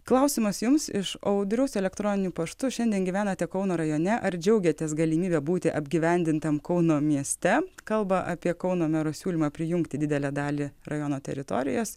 klausimas jums iš audriaus elektroniniu paštu šiandien gyvenate kauno rajone ar džiaugiatės galimybe būti apgyvendintam kauno mieste kalba apie kauno mero siūlymą prijungti didelę dalį rajono teritorijos